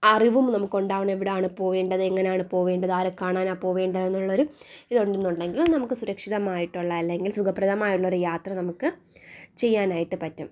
അറിവും നമുക്കുണ്ടാവണം എവിടെ ആണ് പോവേണ്ടത് എങ്ങനെ ആണ് പോവേണ്ടത് ആരെ കാണാനാണ് പോവേണ്ടതെന്നുള്ളൊരു ഇത് ഉണ്ട് എന്നുണ്ടെങ്കിൽ നമുക്ക് സുരക്ഷിതമായിട്ടുള്ള അല്ലെങ്കിൽ സുഖപ്രദമായ ഒരു യാത്ര നമുക്ക് ചെയ്യാനായിട്ട് പറ്റും